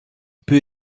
peut